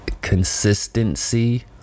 consistency